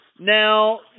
Now